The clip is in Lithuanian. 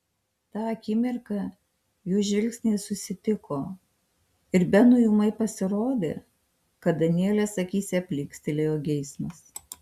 tą akimirką jų žvilgsniai susitiko ir benui ūmai pasirodė kad danielės akyse plykstelėjo geismas